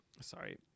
sorry